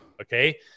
okay